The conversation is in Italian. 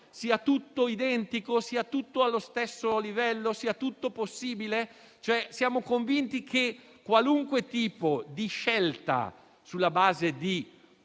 sia tutto identico, sia tutto allo stesso livello, sia tutto possibile? Siamo convinti che qualunque tipo di scelta, sulla base di